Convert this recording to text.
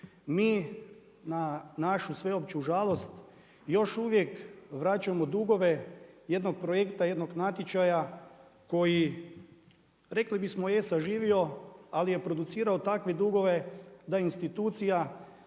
mi na našu sveopću žalost još uvijek vraćamo dugove jednog projekta, jednog natječaja koji rekli bismo je saživio ali je producirao takve dugove da institucija